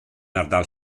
ardal